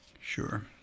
Sure